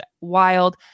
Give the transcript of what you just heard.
wild